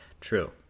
True